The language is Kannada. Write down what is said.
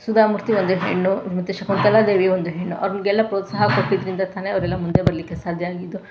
ಸುಧಾ ಮೂರ್ತಿ ಒಂದು ಹೆಣ್ಣು ಮತ್ತು ಶಕುಂತಲಾ ದೇವಿ ಒಂದು ಹೆಣ್ಣು ಅವ್ರಿಗೆಲ್ಲ ಪ್ರೋತ್ಸಾಹ ಕೊಟ್ಟಿದ್ದರಿಂದ ತಾನೇ ಅವರೆಲ್ಲ ಮುಂದೆ ಬರಲಿಕ್ಕೆ ಸಾಧ್ಯ ಆಗಿದ್ದು